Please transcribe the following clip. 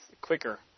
quicker